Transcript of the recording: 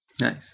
nice